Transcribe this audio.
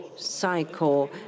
Cycle